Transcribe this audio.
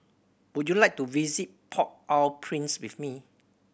would you like to visit Port Au Prince with me